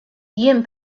jien